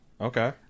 Okay